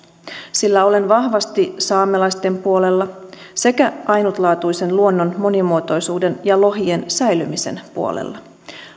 sillä olen vahvasti saamelaisten puolella sekä ainutlaatuisen luonnon monimuotoisuuden ja lohien säilymisen puolella